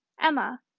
Emma